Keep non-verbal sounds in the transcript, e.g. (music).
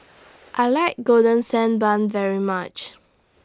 (noise) I like Golden Sand Bun very much